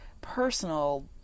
personal